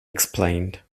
explained